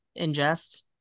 ingest